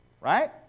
right